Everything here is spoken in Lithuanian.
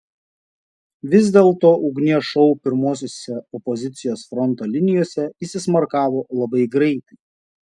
vis dėlto ugnies šou pirmosiose opozicijos fronto linijose įsismarkavo labai greitai